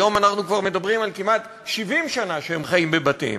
היום אנחנו כבר מדברים על כמעט 70 שנה שהם חיים בבתים.